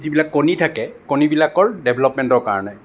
যিবিলাক কণী থাকে কণীবিলাকৰ ডেভেলপ্মেণ্টৰ কাৰণে